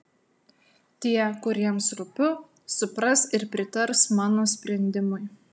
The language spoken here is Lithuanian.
tie kuriems rūpiu supras ir pritars mano sprendimui